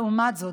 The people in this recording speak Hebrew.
לעומת זאת,